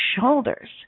shoulders